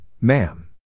ma'am